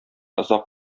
озак